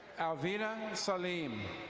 alveda saleem.